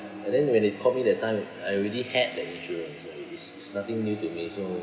and then when they called me that time I already had the insurance so is is nothing new to me so